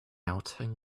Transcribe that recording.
and